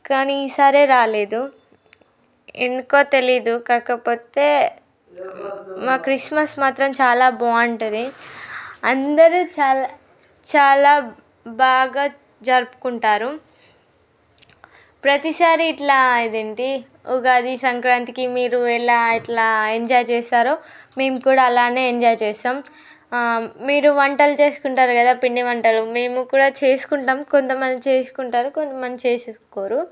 కానీ ఈసారే రాలేదు ఎందుకో తెలియదు కాకపోతే మా క్రిస్మస్ మాత్రం చాలా బాగుంటుంది అందరూ చాలా చాలా బాగా జరుపుకుంటారు ప్రతీసారి ఇట్లా ఇదేంటి ఉగాది సంక్రాంతికి మీరు ఎలా ఎట్లా ఎంజాయ్ చేస్తారో మేము కూడా అలానే ఎంజాయ్ చేస్తాము మీరు వంటలు చేసుకుంటారు కదా పిండి వంటలు మేము కూడా చేసుకుంటాము కొంత మంది చేసుకుంటారు కొంత మంది చేసుకోరు